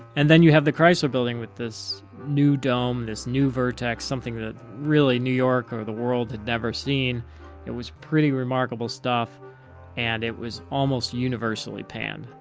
and then you have the chrysler building with this new dome, this new vertex, something that really new york or the world had never seen and was pretty remarkable stuff and it was almost universally panned.